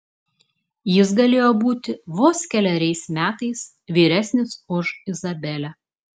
jis galėjo būti vos keleriais metais vyresnis už izabelę